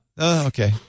Okay